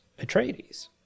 atreides